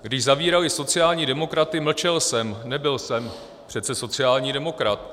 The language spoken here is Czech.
Když zavírali sociální demokraty, mlčel jsem, nebyl jsem přece sociální demokrat.